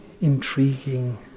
intriguing